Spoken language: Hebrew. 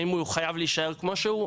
האם הוא חייב להישאר כמו שהוא,